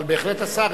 אבל בהחלט השר,